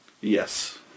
Yes